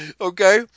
okay